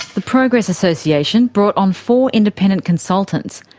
the progress association brought on four independent consultants,